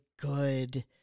good